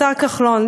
לשר כחלון,